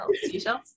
seashells